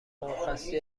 مرخصی